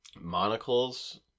monocles